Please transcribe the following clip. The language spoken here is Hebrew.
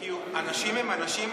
אנשים הם אנשים,